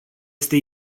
este